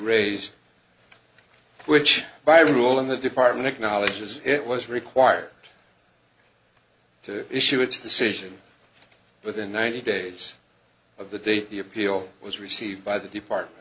raised which by rule in the department acknowledges it was required to issue its decision within ninety days of the day the appeal was received by the department